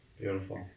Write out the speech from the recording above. Beautiful